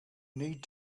need